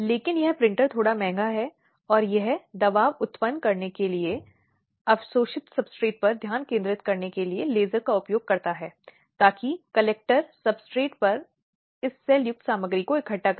इसलिए इस अधिनियम ने कोड के धारा 498ए के तहत अपराध के वास्तविक पंजीकरण से पहले वैवाहिक घर और रिश्ते के पुनर्वास के लिए एक मौका प्रदान किया